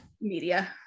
media